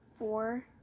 Four